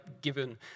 given